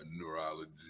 neurology